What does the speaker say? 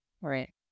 right